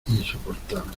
insoportable